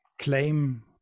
claim